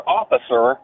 officer